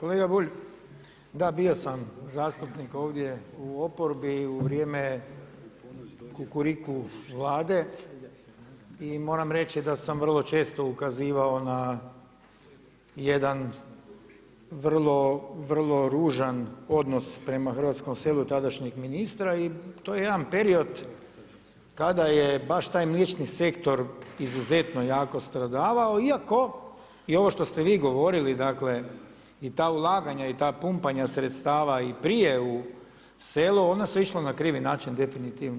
Kolega Bulj, da, bio sam zastupnik ovdje u oporbi u vrijeme Kukuriku Vlade i moram reći da sam vrlo često ukazivao na jedan vrlo, vrlo ružan odnos prema hrvatskom selu tadašnjeg ministra i to je jedan period kada je baš taj mliječni sektor izuzetno jako stradavao iako i ovo što ste vi govorili, dakle i ta ulaganja i ta pumpanja sredstava i prije u selo, ona su išla na krivi način definitivno.